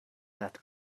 that